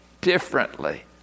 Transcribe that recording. differently